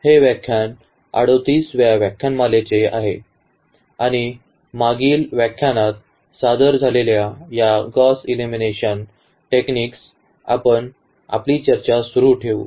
हे व्याख्यान 38 व्या व्याख्यानमालेचे आहे आणि मागील व्याख्यानात सादर झालेल्या या गौस एलिमिनेशन टेक्निक्सवर आपण आपली चर्चा सुरू ठेवू